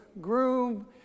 groom